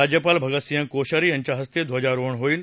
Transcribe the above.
राज्यपाल भगतसिंग कोश्यारी यांच्या हस्ते ध्वजारोहण होईल